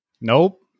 Nope